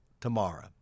tomorrow